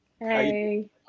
Hey